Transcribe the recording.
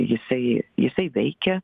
jisai jisai veikia